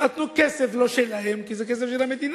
נתנו כסף לא שלהם, כי זה כסף של המדינה.